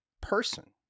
person